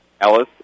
Ellis